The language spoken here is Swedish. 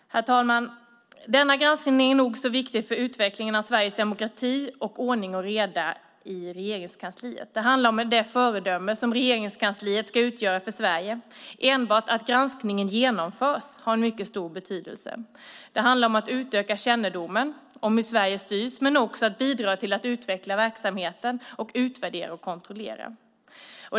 Herr talman! Denna granskning är nog så viktig för utvecklingen av Sveriges demokrati och ordning och reda i Regeringskansliet. Det handlar om det föredöme som Regeringskansliet ska utgöra för Sverige. Enbart det att granskningen faktiskt genomförs har en mycket stor betydelse. Det handlar om att utöka kännedomen om hur Sverige styrs men också om att bidra till att utveckla verksamheten och utvärdera och kontrollera.